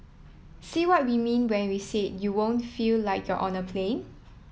see what we mean when we said you won't feel like you're on a plane